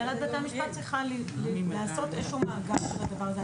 הנהלת בתי המשפט צריכה לעשות איזשהו מאגר של הדבר הזה.